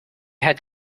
had